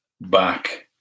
back